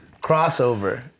crossover